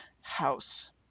house